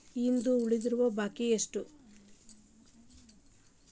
ಇಂದು ಉಳಿದಿರುವ ಬಾಕಿ ಎಷ್ಟು?